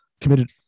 committed